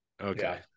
Okay